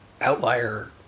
outlier